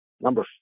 number